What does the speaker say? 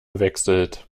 wechselt